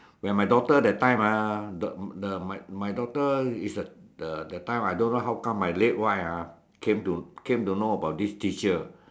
when my daughter that time ah the the my my daughter is a the that time I don't know how come my late wife ah came to came to know about this teacher